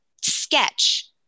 sketch